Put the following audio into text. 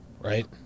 right